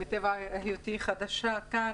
מטבע היותי חדשה כאן,